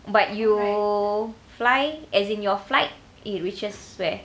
but you fly as in your flight it reaches where